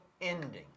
ending